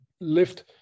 lift